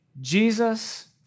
Jesus